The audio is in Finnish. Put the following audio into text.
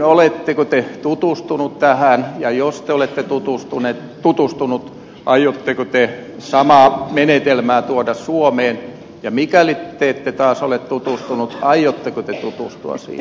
oletteko te tutustunut tähän ja jos te olette tutustunut aiotteko te samaa menetelmää tuoda suomeen ja mikäli te ette taas ole tutustunut aiotteko te tutustua siihen